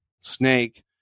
snake